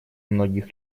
многих